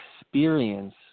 experience